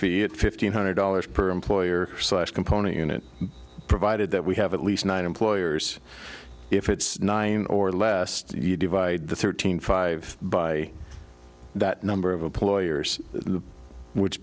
fee at fifteen hundred dollars per employer component unit provided that we have at least nine employers if it's nine or less you divide the thirteen five by that number of employers the which